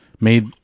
made